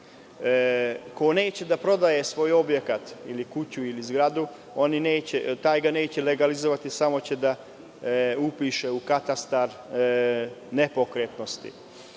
Ko neće da prodaje svoj objekat, kuću ili zgradu, taj ga neće legalizovati, samo će da upiše u katastar nepokretnosti.